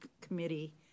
Committee